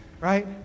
Right